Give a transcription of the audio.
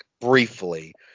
briefly